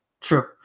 True